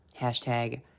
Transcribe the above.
Hashtag